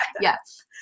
Yes